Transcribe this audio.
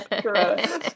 Gross